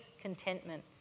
contentment